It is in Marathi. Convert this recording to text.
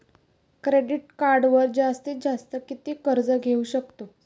क्रेडिट कार्डवर जास्तीत जास्त किती कर्ज घेऊ शकतो?